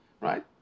right